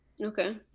okay